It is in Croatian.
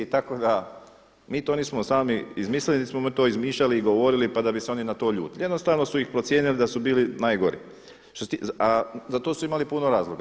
Tako da mi to nismo sami izmislili niti smo mi to izmišljali i govorili pa da bi se oni na to ljutili, jednostavno su ih procijenili da su bili najgori a za to su imali puno razloga.